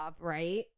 right